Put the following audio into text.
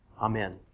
Amen